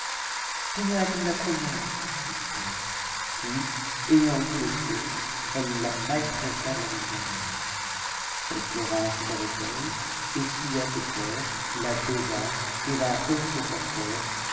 tenez la comme la première lui dit-elle puis ayant repris le fouet elle la maltraita de la même manière elle pleura ensuite avec elle essuya ses pleurs la baisa et la remit au porteur